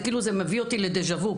וזה מביא אותי לדז'ה-וו,